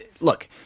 look